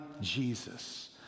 Jesus